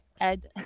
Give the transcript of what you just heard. ed